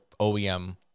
OEM